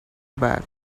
back